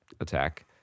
attack